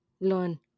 learn